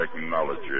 technology